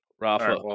Rafa